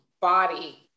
Body